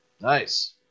Nice